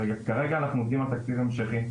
כרגע אנחנו עובדים על תקציב המשכי.